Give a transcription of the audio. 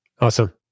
Awesome